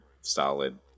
solid